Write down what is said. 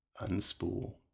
unspool